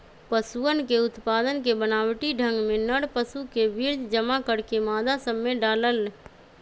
पशुअन के उत्पादन के बनावटी ढंग में नर पशु के वीर्य जमा करके मादा सब में डाल्ल